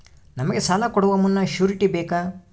ನಮಗೆ ಸಾಲ ಕೊಡುವ ಮುನ್ನ ಶ್ಯೂರುಟಿ ಬೇಕಾ?